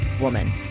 Woman